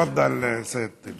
תפדל, סייד טיבי.